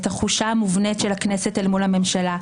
את החולשה המובנית של הכנסת אל מול הממשלה,